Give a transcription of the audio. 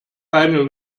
final